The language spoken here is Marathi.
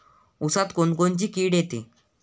ऊसात कोनकोनची किड येते?